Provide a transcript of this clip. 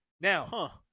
Now